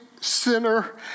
sinner